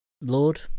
Lord